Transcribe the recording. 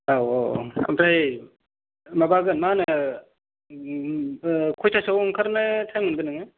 औ औ औ आमफ्राय माबागोन मा होनो ओह खयथासोआव ओंखारनो टाइम मोनगोन नोङो